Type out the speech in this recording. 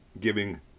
giving